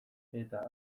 eta